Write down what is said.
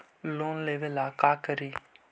Loan लेबे ला का करि?